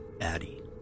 Addie